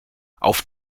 auf